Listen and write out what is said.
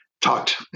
talked